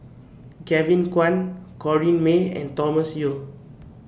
Kevin Kwan Corrinne May and Thomas Yeo